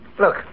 Look